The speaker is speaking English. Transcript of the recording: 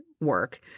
work –